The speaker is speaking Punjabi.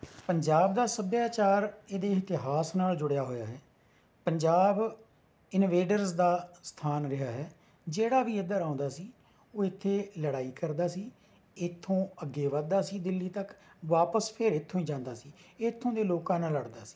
ਪੰਜਾਬ ਦਾ ਸੱਭਿਆਚਾਰ ਇਹਦੇ ਇਤਿਹਾਸ ਨਾਲ ਜੁੜਿਆ ਹੋਇਆ ਹੈ ਪੰਜਾਬ ਇੰਨਵੇਡਰਸ ਦਾ ਸਥਾਨ ਰਿਹਾ ਹੈ ਜਿਹੜਾ ਵੀ ਇੱਧਰ ਆਉਂਦਾ ਸੀ ਉਹ ਇੱਥੇ ਲੜਾਈ ਕਰਦਾ ਸੀ ਇੱਥੋਂ ਅੱਗੇ ਵੱਧਦਾ ਸੀ ਦਿੱਲੀ ਤੱਕ ਵਾਪਸ ਫਿਰ ਇੱਥੋਂ ਹੀ ਜਾਂਦਾ ਸੀ ਇੱਥੋਂ ਦੇ ਲੋਕਾਂ ਨਾਲ ਲੜਦਾ ਸੀ